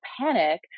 panic